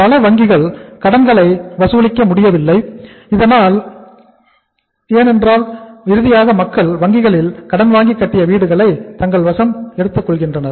பல வங்கிகள் கடன்களை வசூலிக்க முடியவில்லை ஏனென்றால் இறுதியாக மக்கள் வங்கிகளில் கடன் வாங்கி கட்டிய வீடுகளை வங்கிகள் தன்வசம் எடுத்துக்கொள்கின்றன